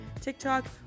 TikTok